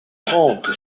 trente